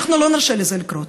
אנחנו לא נרשה לזה לקרות.